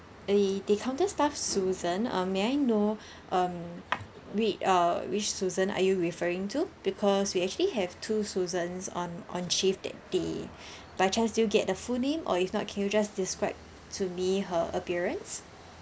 eh the counter staff susan um may I know um whi~ uh which susan are you referring to because we actually have two susan's on on shift that day by chance do you get the full name or if not can you just describe to me her appearance